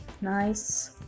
nice